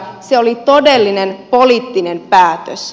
se oli todellinen poliittinen päätös